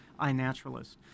iNaturalist